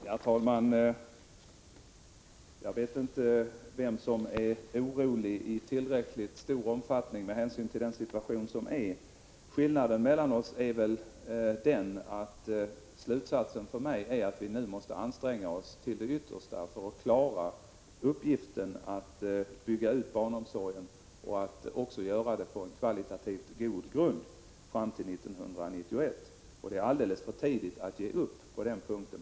Herr talman! Jag vet inte vem som är tillräckligt orolig med hänsyn till den situation som råder. Skillnaden mellan oss är väl den att slutsatsen för mig är att vi nu måste anstränga oss till det yttersta för att klara uppgiften att bygga ut barnomsorgen och göra det på en kvalitativt god grund fram till 1991. Det är alldeles för tidigt att ge upp på den punkten.